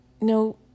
No